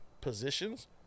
positions